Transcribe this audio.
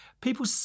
People